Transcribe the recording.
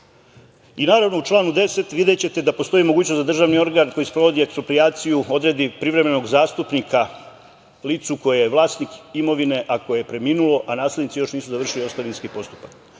strana? Naravno, u članu 10. videćete da postoji mogućnost da državni organ koji sprovodi eksproprijaciju odredi privremenog zastupnika licu koje je vlasnik imovine, a koje je preminulo, a naslednici još nisu završili ostavinski postupak.